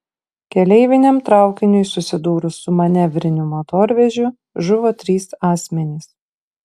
keleiviniam traukiniui susidūrus su manevriniu motorvežiu žuvo trys asmenys